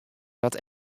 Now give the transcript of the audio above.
dat